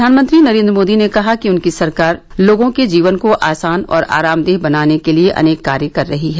प्रधानमंत्री नरेन्द्र मोदी ने कहा कि उनकी सरकार लोगों के जीवन को आसान और आरामदेह बनाने के लिए अनेक कार्य कर रही है